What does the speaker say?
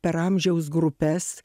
per amžiaus grupes